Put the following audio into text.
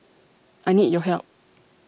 I need your help